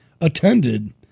attended